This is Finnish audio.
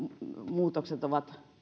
muutokset ovat